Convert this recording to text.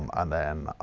um and then